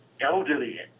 elderly